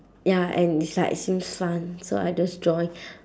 ya and it's like seems fun so I just join